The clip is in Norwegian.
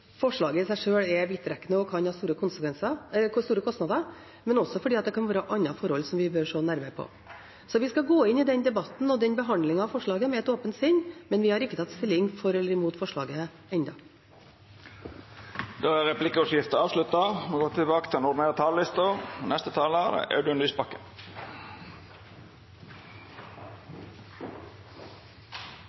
forslaget i seg sjøl er vidtrekkende og kan ha store kostnader, og fordi det kan være andre forhold som vi bør se nærmere på. Vi skal gå inn i debatten om og behandlingen av forslaget med et åpent sinn, men vi har ikke tatt stilling for eller imot forslaget ennå. Replikkordskiftet er avslutta. Det fineste med Norge er ikke fjorder og fjell. Det er